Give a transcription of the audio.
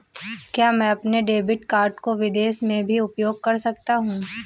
क्या मैं अपने डेबिट कार्ड को विदेश में भी उपयोग कर सकता हूं?